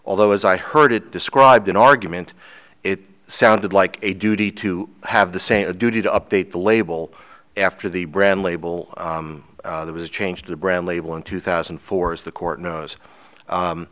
although as i heard it described an argument it sounded like a duty to have the same duty to update the label after the brand label was changed to the brand label in two thousand and four as the court knows